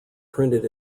printed